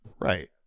Right